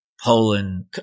Poland